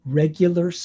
regular